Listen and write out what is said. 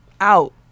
out